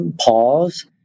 pause